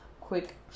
quick